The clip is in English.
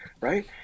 right